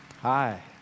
Hi